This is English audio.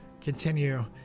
continue